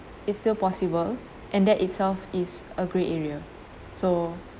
it's still possible and that itself is a grey area so